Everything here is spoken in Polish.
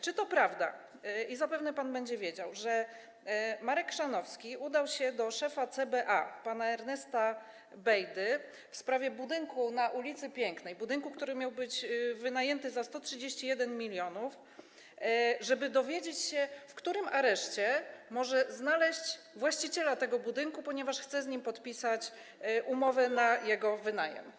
Czy to prawda, zapewne pan będzie wiedział, że Marek Chrzanowski udał się do szefa CBA pana Ernesta Bejdy w sprawie budynku na ul. Pięknej, budynku, który miał być wynajęty za 131 mln, żeby dowiedzieć się, w którym areszcie może znaleźć właściciela tego budynku, ponieważ chce z nim podpisać umowę na jego wynajem?